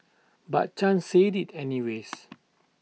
but chan said IT anyways